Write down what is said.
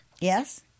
yes